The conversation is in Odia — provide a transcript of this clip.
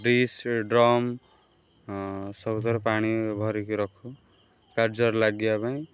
ଡିସ୍ ଡ୍ରମ୍ ସବୁଥିରେ ପାଣି ଭରିକି ରଖୁ କାର୍ଯ୍ୟରେ ଲାଗିବା ପାଇଁ